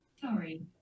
Sorry